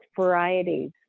varieties